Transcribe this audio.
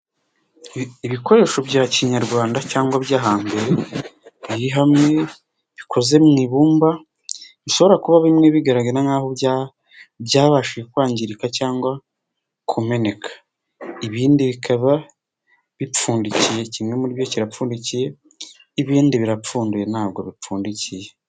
Ibikoresho bya kinyarwanda cyangwa byo hambere biri hamwe bikoze mu ibumba bishobora kuba bimwe bigaragara nk'aho byabashije kwangirika cyangwa kumeneka, ibindi bikaba bipfundikiye kimwe muri byo kirapfundikiye, ibindi birapfunduye ntabwo bipfundikiye.